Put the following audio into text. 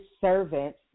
servant